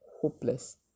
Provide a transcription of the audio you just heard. hopeless